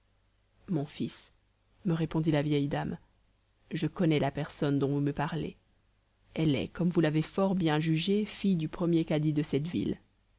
mon fils me répondit la vieille dame je connais la personne dont vous me parlez elle est comme vous l'avez fort bien jugé fille du premier cadi de cette ville